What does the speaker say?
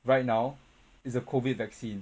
right now is a COVID vaccine